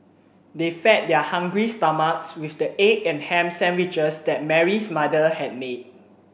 they fed their hungry stomachs with the egg and ham sandwiches that Mary's mother had made